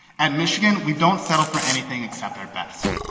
at michigan, we don't settle for anything except our best.